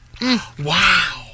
Wow